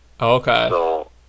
Okay